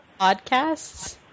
Podcasts